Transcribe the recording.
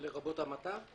לרבות המתה?